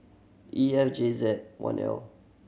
E F J Z one L